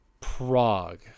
Prague